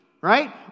right